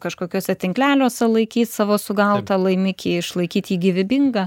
kažkokiuose tinkleliuose laikyt savo sugautą laimikį išlaikyt jį gyvybingą